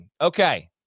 Okay